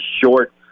short